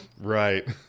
Right